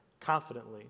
confidently